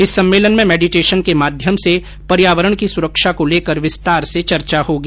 इस सम्मेलन में मेडिटेशन के माध्यम र्स पर्यावरण की सुरक्षा को लेकर विस्तार से चर्चा होगी